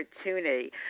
opportunity